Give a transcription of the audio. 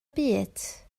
byd